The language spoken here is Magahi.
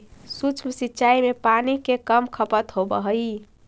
सूक्ष्म सिंचाई में पानी के कम खपत होवऽ हइ